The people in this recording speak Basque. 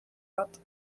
bat